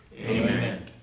Amen